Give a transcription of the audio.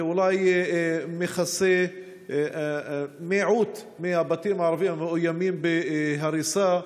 זה אולי מכסה מיעוט מהבתים הערביים המאוימים בהריסה,